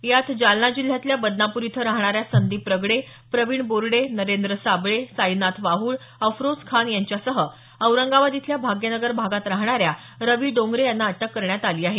यात जालना जिल्ह्यातल्या बदनापूर इथं राहणाऱ्या संदीप रगडे प्रविण बोर्डे नरेंद्र साबळे साईनाथ वाहुळ अफरोज खान यांच्यासह औरंगाबाद इथल्या भाग्यनगर भागात राहणाऱ्या रवि डोंगरे यांना अटक करण्यात आली आहे